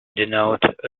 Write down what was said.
denote